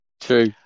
True